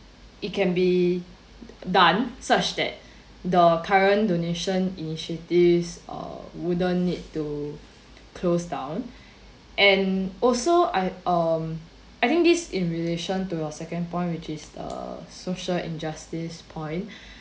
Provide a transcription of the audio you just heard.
it can be done such that the current donation initiatives uh wouldn't need to closed down and also I um I think this in relation to your second point which is uh social injustice point